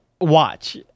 watch